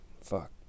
Fuck